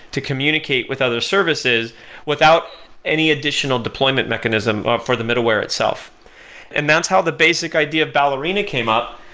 to communicate with other services without any additional deployment mechanism for the middleware itself and that's how the basic idea of ballerina came up.